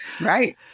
Right